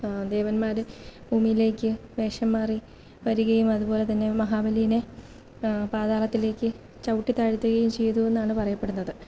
ദേവന്മാര് ഭൂമിയിലേക്ക് വേഷം മാറി വരികയും അതുപോലെതന്നെ മഹാബലീനെ പാതാളത്തിലേക്ക് ചവിട്ടിത്താഴ്ത്തുകയും ചെയ്തു എന്നാണ് പറയപ്പെടുന്നത്